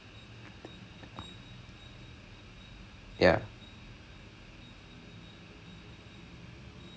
okay this is this is my view right I want to be in a environment that I believe I have aptitude